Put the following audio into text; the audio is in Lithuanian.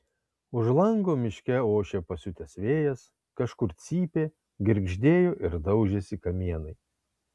už lango miške ošė pasiutęs vėjas kažkur cypė girgždėjo ir daužėsi kamienai